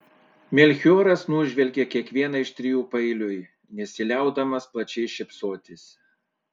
melchioras nužvelgė kiekvieną iš trijų paeiliui nesiliaudamas plačiai šypsotis